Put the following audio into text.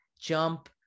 jump